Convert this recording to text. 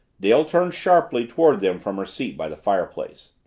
dale turned sharply toward them from her seat by the fireplace.